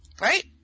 Right